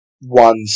one